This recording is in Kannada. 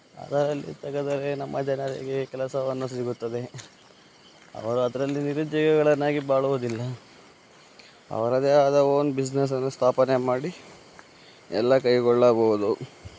ಅದರಲ್ಲಿ ತೆಗೆದರೆ ನಮ್ಮ ಜನರಿಗೆ ಕೆಲಸವನ್ನು ಸಿಗುತ್ತದೆ ಅವರು ಅದರಲ್ಲಿ ನಿರುದ್ಯೋಗಿಗಳನ್ನಾಗಿ ಬಾಳುವುದಿಲ್ಲ ಅವರದೇ ಆದ ಓನ್ ಬಿಸ್ನೆಸ್ಸನ್ನು ಸ್ಥಾಪನೆ ಮಾಡಿ ಎಲ್ಲ ಕೈಗೊಳ್ಳಬಹುದು